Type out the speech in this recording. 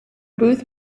booth